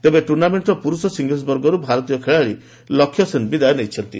ତେବେ ଟୂର୍ଣ୍ଣାମେଣ୍ଟ୍ର ପୁର୍ଷ ସିଙ୍ଗଲ୍ସ୍ ବର୍ଗରୁ ଭାରତୀୟ ଖେଳାଳୀ ଲକ୍ଷ୍ୟ ସେନ୍ ବିଦାୟ ନେଇଛନ୍ତି